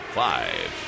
five